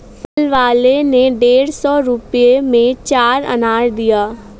फल वाले ने डेढ़ सौ रुपए में चार अनार दिया